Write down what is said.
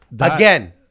again